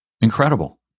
Incredible